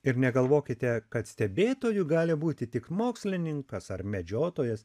ir negalvokite kad stebėtoju gali būti tik mokslininkas ar medžiotojas